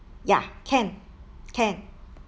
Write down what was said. ya can can